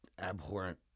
abhorrent